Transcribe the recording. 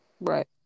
right